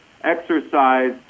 exercise